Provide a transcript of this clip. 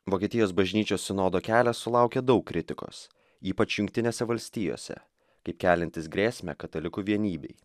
vokietijos bažnyčios sinodo kelias sulaukė daug kritikos ypač jungtinėse valstijose kaip keliantis grėsmę katalikų vienybei